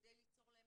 כדי ליצור להם